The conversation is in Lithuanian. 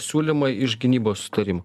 siūlymą iš gynybos sutarimo